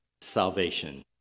salvation